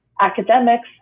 academics